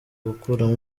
gukuramo